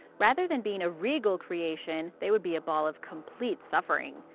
rather than being a regal creation, they would be a ball of complete suffering.